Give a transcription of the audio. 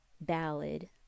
ballad